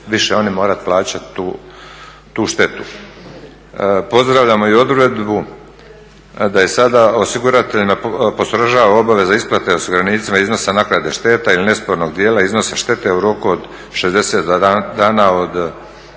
više oni morati plaćati tu štetu. Pozdravljamo i odredbu da je sada osigurateljima postrožava obaveza isplate osiguranicima iznosa naknade šteta ili nespornog dijela iznosa štete u roku od 60 dana od